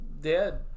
dead